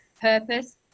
purpose